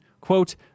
quote